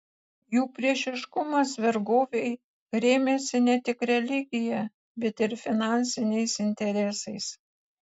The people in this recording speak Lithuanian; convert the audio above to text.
jų priešiškumas vergovei rėmėsi ne tik religija bet ir finansiniais interesais